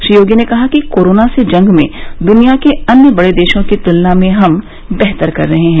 श्री योगी ने कहा कि कोरोना से जंग में दूनिया के अन्य बड़े देशों की तुलना में हम बेहतर कर रहे हैं